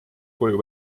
koju